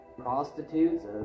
prostitutes